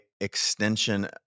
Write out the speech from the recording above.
extension